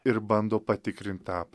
ir bando patikrint tą